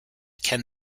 can